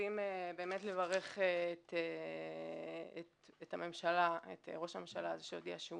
רוצים לברך את ראש הממשלה על זה שהוא הודיע שהוא